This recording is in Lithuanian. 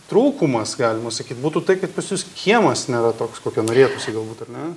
trūkumas galima sakyt būtų tai kad pas jus kiemas nėra toks kokio norėtųsi galbūt ar ne